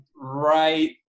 right